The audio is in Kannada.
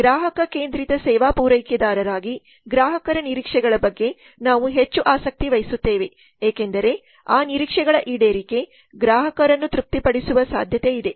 ಗ್ರಾಹಕ ಕೇಂದ್ರಿತ ಸೇವಾ ಪೂರೈಕೆದಾರರಾಗಿ ಗ್ರಾಹಕರ ನಿರೀಕ್ಷೆಗಳ ಬಗ್ಗೆ ನಾವು ಹೆಚ್ಚು ಆಸಕ್ತಿ ವಹಿಸುತ್ತೇವೆ ಏಕೆಂದರೆ ಆ ನಿರೀಕ್ಷೆಗಳ ಈಡೇರಿಕೆ ಗ್ರಾಹಕರನ್ನು ತೃಪ್ತಿಪಡಿಸುವ ಸಾಧ್ಯತೆಯಿದೆ